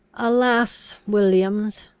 alas! williams,